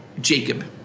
Jacob